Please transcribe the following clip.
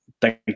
Thank